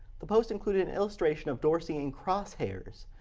the post included a illustration of dorsey in crosshairs.